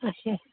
اچھا